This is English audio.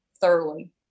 thoroughly